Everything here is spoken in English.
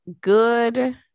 good